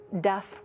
death